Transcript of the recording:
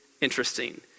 interesting